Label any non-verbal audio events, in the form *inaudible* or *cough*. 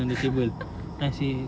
*laughs*